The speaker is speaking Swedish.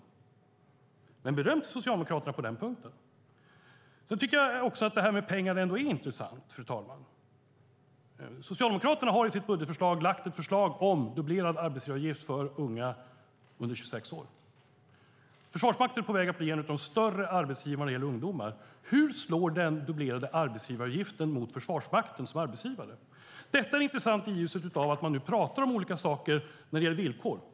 Men jag vill ge beröm till Socialdemokraterna på den punkten. Fru talman! Jag tycker ändå att pengar är intressant. Socialdemokraterna har i sitt budgetförslag ett förslag om dubblerad arbetsgivaravgift för unga under 26 år. Försvarsmakten är på väg att bli en av de större arbetsgivarna när det gäller ungdomar. Hur slår den dubblerade arbetsgivaravgiften mot Försvarsmakten som arbetsgivare? Detta är intressant i ljuset av att man nu talar om olika saker när det gäller villkor.